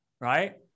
Right